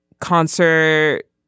concert